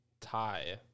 tie